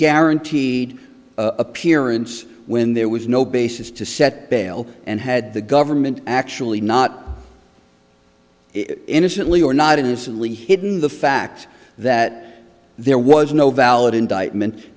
guaranteed appearance when there was no basis to set bail and had the government actually not innocently or not innocently hidden the fact that there was no valid indictment